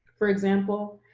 for example,